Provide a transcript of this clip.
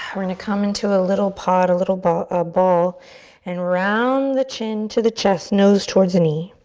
we're gonna come into a little pod, a little ball ah ball and round the chin to the chest. nose towards the knee.